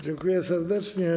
Dziękuję serdecznie.